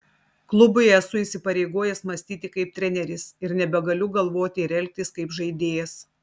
klubui esu įsipareigojęs mąstyti kaip treneris ir nebegaliu galvoti ir elgtis kaip žaidėjas